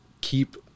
keep